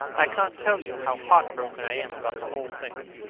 i can't tell you how heart-broken i am about the whole thing.